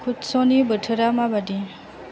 कुटस'नि बोथोरा माबायदि